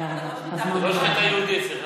אבל זאת גם לא שחיטה כשרה.